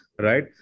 right